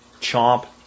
chomp